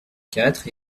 quatre